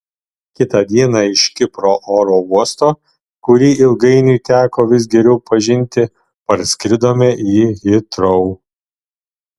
kitą dieną iš kipro oro uosto kurį ilgainiui teko vis geriau pažinti parskridome į hitrou